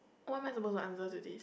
what am I supposed to answer to this